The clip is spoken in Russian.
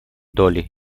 долли